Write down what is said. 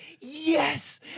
Yes